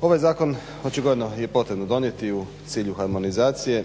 Ovaj zakon očigledno je potrebno donijeti u cilju harmonizacije.